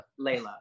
Layla